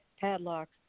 padlocks